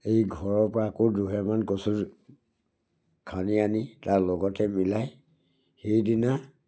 এই ঘৰৰপৰা আকৌ দুসেৰমান কচু খান্দি আনি তাৰ লগতে মিলাই সেইদিনা